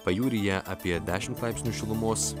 pajūryje apie dešimt laipsnių šilumos